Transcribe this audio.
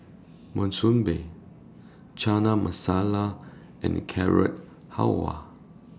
Monsunabe Chana Masala and Carrot Halwa